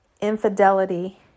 infidelity